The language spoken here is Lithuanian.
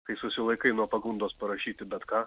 kai susilaikai nuo pagundos parašyti bet ką